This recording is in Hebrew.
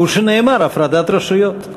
הוא שנאמר: הפרדת רשויות.